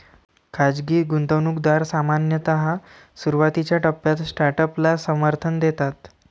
खाजगी गुंतवणूकदार सामान्यतः सुरुवातीच्या टप्प्यात स्टार्टअपला समर्थन देतात